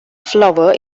flower